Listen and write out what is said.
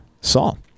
Saul